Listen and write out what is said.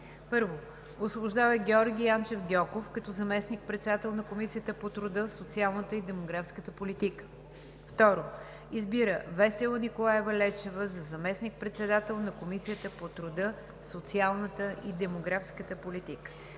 Освобождава Георги Янчев Гьоков като заместник-председател на Комисията по труда, социалната и демографска политика. 2. Избира Весела Николаева Лечева за заместник-председател на Комисията по труда, социалната и демографска политика.“